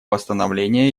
восстановления